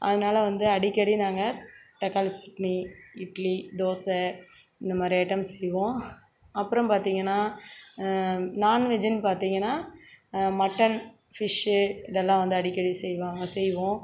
அதனால் வந்து அடிக்கடி நாங்கள் தக்காளி சட்னி இட்லி தோசை இந்தமாதிரி ஐட்டம்ஸ் செய்வோம் அப்புறம் பார்த்தீங்கனா நான்வெஜ்ஜுன்னு பார்த்தீங்கனா மட்டன் ஃபிஷ்ஷு இதெலாம் வந்து அடிக்கடி செய்வாங்க செய்வோம்